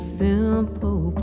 simple